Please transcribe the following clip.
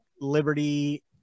Liberty